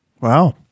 Wow